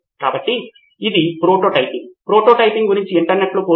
Siddharth Maturi note taking feature వారి వ్యక్తిగతీకరించిన notes లాగా